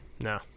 No